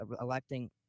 electing